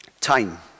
Time